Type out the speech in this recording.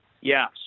Yes